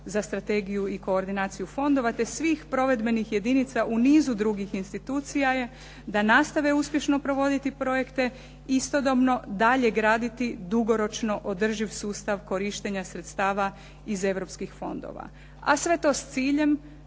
za strategiju i koordinaciju fondova te svih provedbenih jedinica u nizu drugih institucija je da nastave uspješno provoditi projekte, istodobno dalje graditi dugoročno održiv sustav korištenja sredstava iz europskih fondova a sve to s ciljem